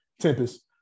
Tempest